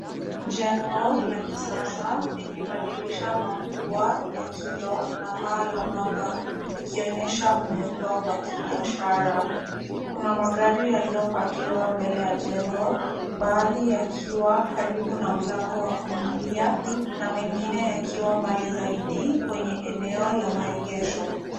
Jengo la kisasa lenye madirisha makubwa ya kioo na paa la papa, likionyesha muundo wa kibiashara. Kuna magari yaliyo pakiwa mbele ya jengo, baadhi yakiwa karibu na mlango wa kuingilia na mengine yakiwa mbali zaidi kwenye eneo la maegesho.